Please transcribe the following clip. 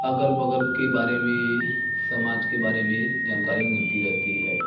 अगल बगल के बारे में समाज के बारे में जानकारी मिलती रहती है